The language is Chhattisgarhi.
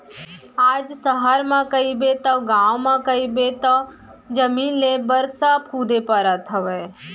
आज सहर म कहिबे तव गाँव म कहिबे जमीन लेय बर सब कुदे परत हवय